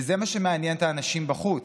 וזה מה שמעניין את האנשים בחוץ,